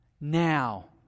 now